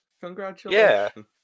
Congratulations